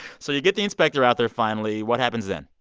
so you get the inspector out there finally. what happens then?